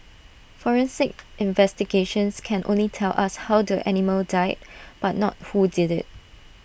forensic investigations can only tell us how the animal died but not who did IT